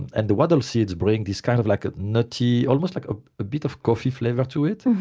and the wattleseeds bring this kind of like ah nutty, almost like a bit of coffee flavor, to it.